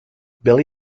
billy